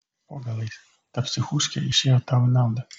po galais ta psichuškė išėjo tau į naudą